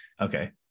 Okay